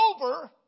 over